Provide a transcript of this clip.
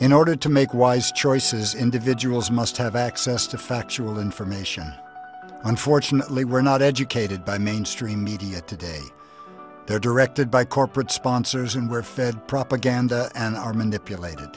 in order to make wise choices individuals must have access to factual information unfortunately we're not educated by mainstream media today they're directed by corporate sponsors and we're fed propaganda an